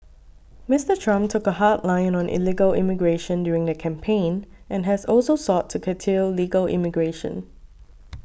Mister Trump took a hard line on illegal immigration during the campaign and has also sought to curtail legal immigration